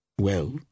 Well